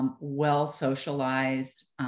well-socialized